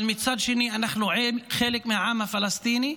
אבל מצד שני אנחנו חלק מהעם הפלסטיני,